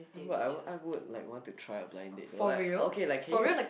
ya but I would I would like want to try a blind date but it'll be like okay like can you